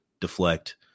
deflect